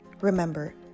Remember